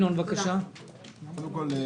קודם כול,